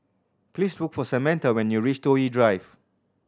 please look for Samatha when you reach Toh Yi Drive